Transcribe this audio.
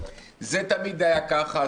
זה תמיד היה ככה,